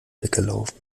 weggelaufen